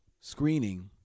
screening